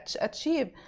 achieve